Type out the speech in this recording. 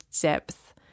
depth